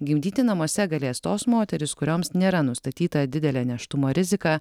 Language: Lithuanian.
gimdyti namuose galės tos moterys kurioms nėra nustatyta didelė nėštumo rizika